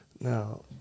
Now